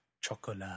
chocolate